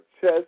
chess